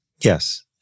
Yes